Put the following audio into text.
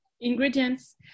ingredients